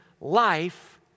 life